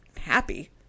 happy